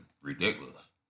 ridiculous